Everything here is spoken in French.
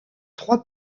trois